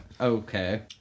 Okay